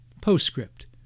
Postscript